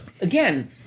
again